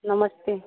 नमस्ते